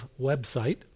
website